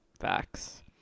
Facts